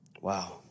Wow